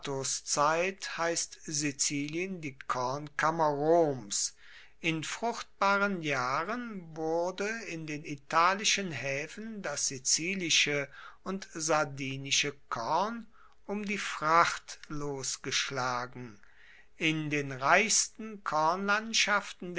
zeit heisst sizilien die kornkammer roms in fruchtbaren jahren wurde in den italischen haefen das sizilische und sardinische korn um die fracht losgeschlagen in den reichsten